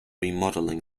remodeling